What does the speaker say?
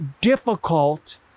difficult